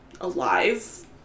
alive